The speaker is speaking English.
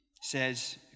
says